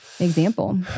Example